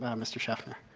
um um mr. sheffner?